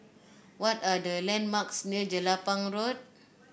what are the landmarks near Jelapang Road